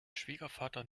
schwiegervater